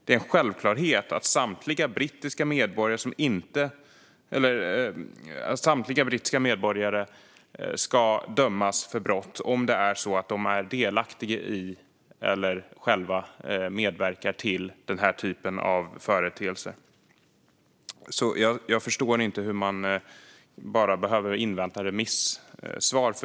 I Storbritannien är det en självklarhet att samtliga brittiska medborgare ska dömas för brott om de är delaktiga i eller medverkar till sådan här verksamhet. Jag förstår inte varför man måste invänta remissvar.